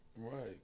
Right